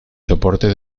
soporte